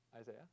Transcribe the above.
Isaiah